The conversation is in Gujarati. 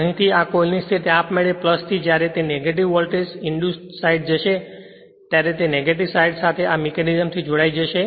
અહીંથી આ કોઇલ ની સ્થિતિ આપમેળે થી જ્યારે તે નેગેટિવ વોલ્ટેજ ઇંડ્યુસ સાઈડ જશે ત્યારે તે નેગેટિવ સાઈડ સાથે આ મિકેનિઝમથી જોડાઈ જશે